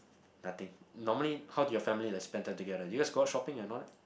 nothing normally how do your family like spend time together you guys go out shopping and all that